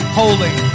holy